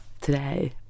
today